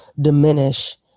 diminish